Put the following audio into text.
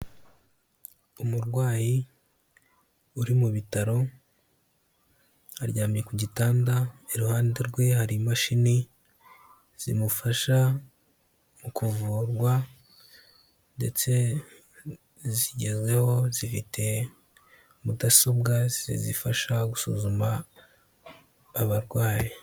Umurwayi uri mu bitaro, aryamye ku gitanda, iruhande rwe hari imashini zimufasha mu kuvurwa ndetse zigezweho, zifite mudasobwa zizifasha gusuzuma abarwayi.